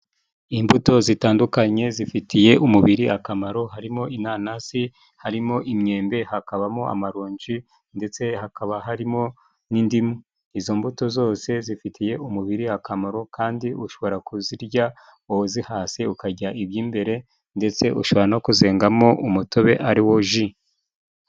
imbuto zitandukanye zifitiye umubiri akamaro, harimo inanasi, harimo imyembe, hakabamo amaronji, ndetse hakaba harimo n'indimu, izo mbuto zose zifitiye umubiri akamaro, kandi ushobora kuzirya wazihase, ukarya iby'imbere, ndetse ushobora no kuzengamo umutobe ari wo ji.